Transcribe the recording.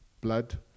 blood